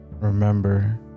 Remember